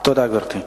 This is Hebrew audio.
תודה, גברתי.